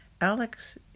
Alex